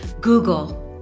Google